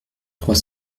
trois